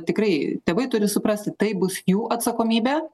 tikrai tėvai turi suprasti tai bus jų atsakomybė